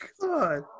God